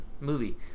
movie